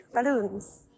Balloons